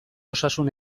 osasun